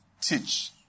teach